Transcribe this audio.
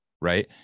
Right